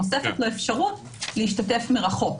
נוספת לו אפשרות להשתתף מרחוק.